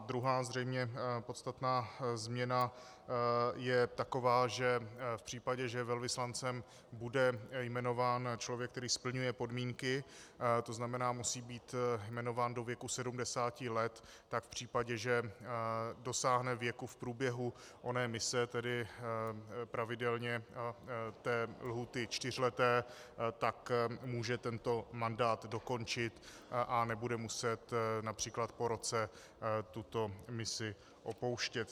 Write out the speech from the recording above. Druhá, zřejmě podstatná změna je taková, že v případě, že velvyslancem bude jmenován člověk, který splňuje podmínky, to znamená musí být jmenován do věku 70 let, tak v případě, že dosáhne věku v průběhu oné mise, tedy pravidelně té lhůty čtyřleté, může tento mandát dokončit a nebude muset například po roce tuto misi opouštět.